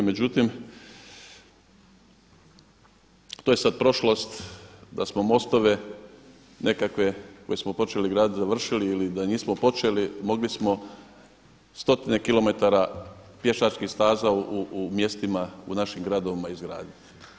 Međutim, to je sad prošlost da smo mostove nekakve koje smo počeli graditi završili ili da nismo počeli mogli smo stotine kilometara pješačkih staza u mjestima u našim gradovima izgraditi.